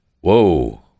Whoa